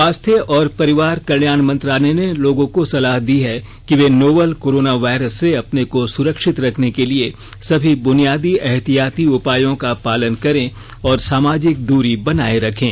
स्वास्थ्य और परिवार कल्याण मंत्रालय ने लोगों को सलाह दी है कि वे नोवल कोरोना वायरस से अपने को सुरक्षित रखने के लिए सभी बुनियादी एहतियाती उपायों का पालन करें और सामाजिक दूरी बनाए रखें